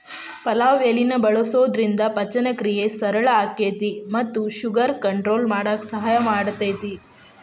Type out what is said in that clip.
ಪಲಾವ್ ಎಲಿನ ಬಳಸೋದ್ರಿಂದ ಪಚನಕ್ರಿಯೆ ಸರಳ ಆಕ್ಕೆತಿ ಮತ್ತ ಶುಗರ್ ಕಂಟ್ರೋಲ್ ಮಾಡಕ್ ಸಹಾಯ ಮಾಡ್ತೆತಿ